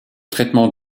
traitements